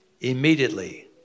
Immediately